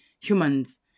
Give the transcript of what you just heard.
humans